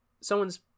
someone's